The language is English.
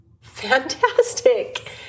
fantastic